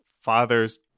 father's